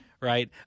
right